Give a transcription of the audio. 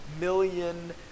million